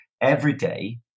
everyday